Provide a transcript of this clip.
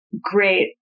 great